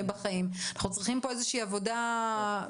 כמובן שאנחנו כמשרד האוצר עוקבים אחרי זה.